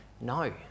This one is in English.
No